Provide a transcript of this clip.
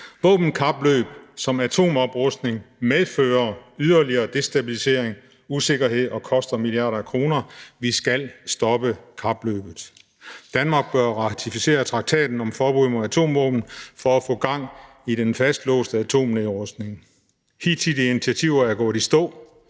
Våbenkapløb som atomoprustning medfører yderligere destabilisering, usikkerhed og koster milliarder af kroner. Vi skal stoppe kapløbet. Danmark bør ratificere traktaten om et forbud mod atomvåben for at få gang i den fastlåste atomnedrustning. Hidtidige initiativer er gået i stå,